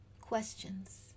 Questions